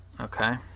Okay